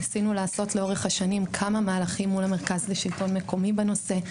ניסינו לעשות לאורך השנים כמה מהלכים מול המרכז לשלטון מקומי בנושא.